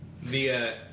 Via